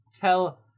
Tell